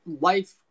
life